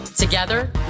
Together